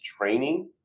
training